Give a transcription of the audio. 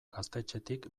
gaztetxetik